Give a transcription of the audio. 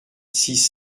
six